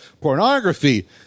pornography